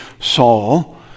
Saul